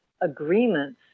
agreements